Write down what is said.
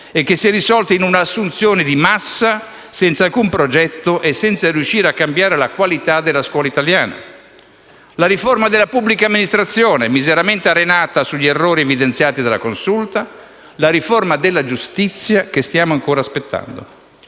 e che si è risolta in una assunzione di massa, senza alcun progetto e senza riuscire a cambiare la qualità della scuola italiana. Ancora, la riforma della pubblica amministrazione, miseramente arenata sugli errori evidenziati dalla Consulta, e la riforma della Giustizia, che stiamo ancora aspettando.